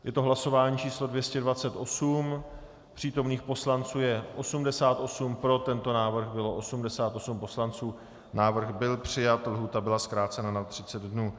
Je to hlasování číslo 228, přítomných poslanců je 88, pro tento návrh bylo 88 poslanců, návrh byl přijat, lhůta byla zkrácena na 30 dnů.